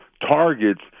targets